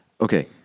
Okay